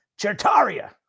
Chertaria